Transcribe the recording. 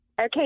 Okay